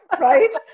Right